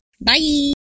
bye